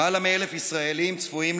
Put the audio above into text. למעלה מ-1,000 ישראלים כבר